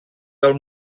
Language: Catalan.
del